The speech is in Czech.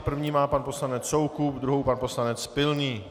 První má pan poslanec Soukup, druhou pan poslanec Pilný.